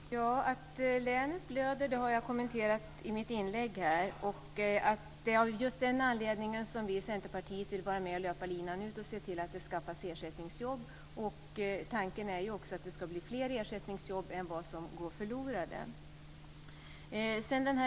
Fru talman! Att länet blöder har jag kommenterat i mitt inlägg. Det är just av den anledningen som vi i Centerpartiet vill löpa linan ut och se till att det skaffas ersättningsjobb. Tanken är också den att det ska bli fler ersättningsjobb än de som går förlorade.